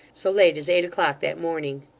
so late as eight o'clock that morning.